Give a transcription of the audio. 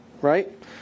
right